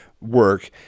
Work